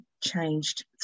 changed